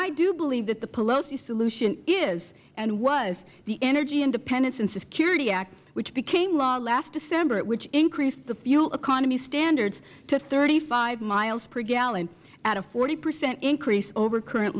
i do believe that the pelosi solution is and was the energy independence and security act which became law last december which increased the fuel economy standards to thirty five miles per gallon at a forty percent increase over current